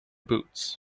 boots